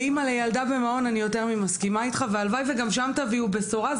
כאמא לילדה במעון אני יותר ממסכימה איתך והלוואי וגם שם תביאו בשורה,